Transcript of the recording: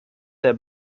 der